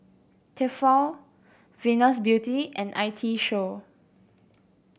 Tefal Venus Beauty and I T Show